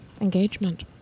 engagement